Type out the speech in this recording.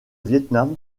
vietnam